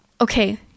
okay